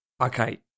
Okay